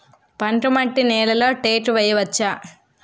బంకమట్టి నేలలో టేకు వేయవచ్చా?